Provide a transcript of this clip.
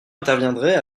interviendrait